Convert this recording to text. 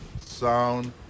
sound